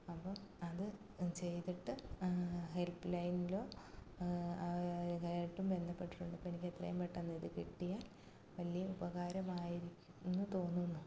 അപ്പം അത് ചെയ്തിട്ട് ഹെൽപ്പ് ലൈനിലോ നേരിട്ടും ബന്ധപ്പെട്ടിട്ടുണ്ട് അപ്പം എനിക്ക് എത്രയും പെട്ടെന്ന് ഇത് കിട്ടിയാൽ വലിയ ഉപകാരമായിരിക്കും എന്നു തോന്നുന്നു അപ്പം